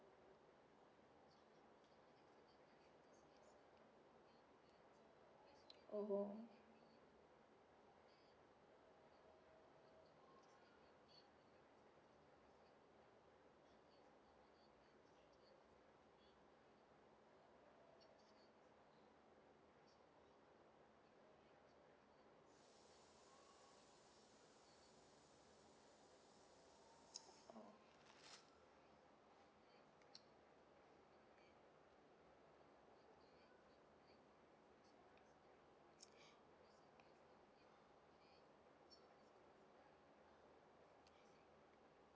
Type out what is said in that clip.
mmhmm